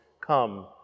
Come